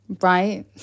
Right